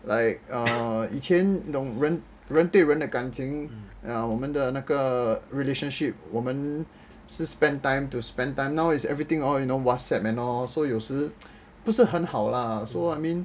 like err 以前你懂人对人的感情我们的那个 relationship 我们是 spend time to spend time now is everything all you know WhatsApp and all so 有时不是很好 lah so I mean